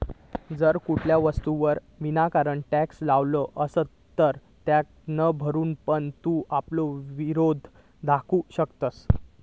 जर कुठल्या वस्तूवर विनाकारण टॅक्स लावलो असात तर तेका न भरून पण तू आपलो विरोध दाखवू शकतंस